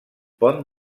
pont